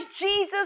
Jesus